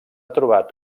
trobat